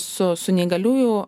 su su neįgaliųjų